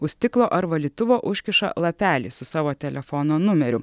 už stiklo ar valytuvo užkiša lapelį su savo telefono numeriu